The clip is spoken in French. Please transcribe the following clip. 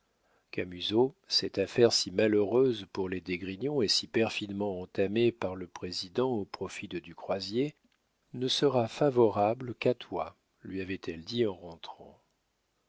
position camusot cette affaire si malheureuse pour les d'esgrignon et si perfidement entamée par le président au profit de du croisier ne sera favorable qu'à toi lui avait-elle dit en rentrant